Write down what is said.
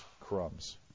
crumbs